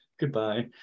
Goodbye